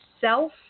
self